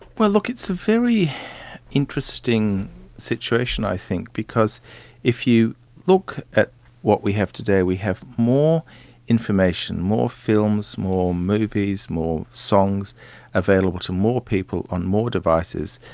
look, it's a very interesting situation i think because if you look at what we have today, we have more information, more films, more movies, more songs available to more people on more devices.